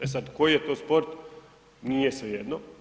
E sad, koji je to sport, nije svejedno.